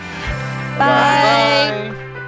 Bye